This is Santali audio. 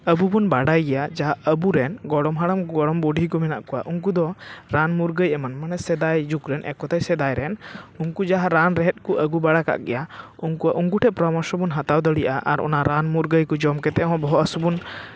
ᱟᱵᱚ ᱵᱚᱱ ᱵᱟᱰᱟᱭ ᱜᱮᱭᱟ ᱡᱟᱦᱟᱸ ᱟᱵᱚ ᱨᱮᱱ ᱜᱚᱲᱚᱢ ᱦᱟᱲᱟᱢ ᱜᱚᱲᱚᱢ ᱵᱩᱰᱷᱤ ᱠᱚ ᱢᱮᱱᱟᱜ ᱠᱚᱣᱟ ᱩᱱᱠᱩ ᱫᱚ ᱨᱟᱱ ᱢᱩᱨᱜᱟᱹᱱ ᱮᱢᱟᱱ ᱢᱟᱱᱮ ᱥᱮᱫᱟᱭ ᱡᱩᱜᱽ ᱨᱮᱱ ᱮᱠ ᱠᱚᱛᱷᱟᱭ ᱥᱮᱫᱟᱭ ᱨᱮᱱ ᱩᱱᱠᱩ ᱡᱟᱦᱟᱸ ᱨᱟᱱ ᱨᱮᱦᱮᱫ ᱠᱚ ᱟᱹᱜᱩ ᱵᱟᱲᱟ ᱠᱟᱜ ᱜᱮᱭᱟ ᱩᱱᱠᱩ ᱩᱱᱠᱩ ᱴᱷᱮᱱ ᱯᱚᱨᱟᱢᱚᱨᱥᱚ ᱵᱚᱱ ᱦᱟᱛᱟᱣ ᱫᱟᱲᱮᱭᱟᱜᱼᱟ ᱟᱨ ᱚᱱᱟ ᱨᱟᱱ ᱢᱩᱨᱜᱟᱹᱱ ᱡᱚᱢ ᱠᱟᱛᱮᱜ ᱦᱚᱸ ᱵᱚᱦᱚᱜ ᱦᱟᱹᱥᱩ ᱵᱚᱱ